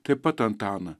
taip pat antaną